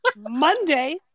Monday